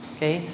Okay